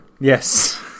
Yes